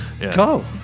Go